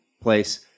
place